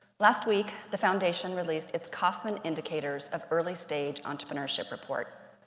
last week, the foundation released its kauffman's indicators of early stage entrepreneurship report.